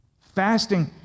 Fasting